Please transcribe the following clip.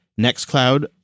NextCloud